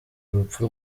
urupfu